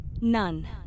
None